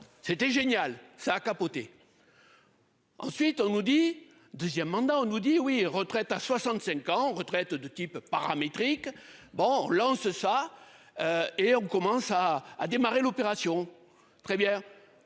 c'était génial ça a capoté. Ensuite, on nous dit 2ème mandat, on nous dit oui, retraite à 65 ans, retraite de type paramétrique bon lance ça. Et on commence à à démarrer l'opération. Très bien.